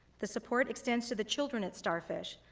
the support extends to the children at starfish.